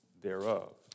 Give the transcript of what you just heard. thereof